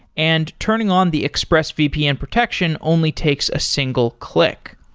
and turning on the exprsesvpn protection only takes a single click.